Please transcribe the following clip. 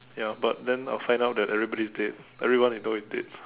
ya but then I'll find out that everybody is dead everyone I know is dead